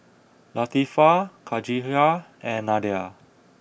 Latifa Khatijah and Nadia